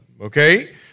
okay